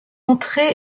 entrée